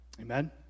Amen